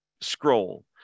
scroll